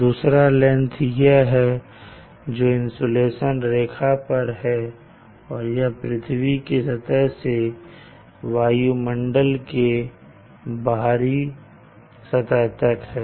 दूसरा लेंथ यह है जो इंसुलेशन रेखा पर है और यह पृथ्वी की सतह से वायुमंडल के बाहरी सतह तक है